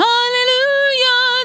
Hallelujah